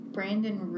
Brandon